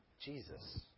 Jesus